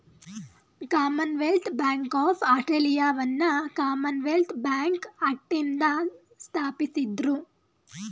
Commonwealth Bank of ಆಸ್ಟ್ರೇಲಿಯಾವನ್ನ Commonwealth Bank ಆಕ್ಟ್ನಿಂದ ಸ್ಥಾಪಿಸಿದ್ದ್ರು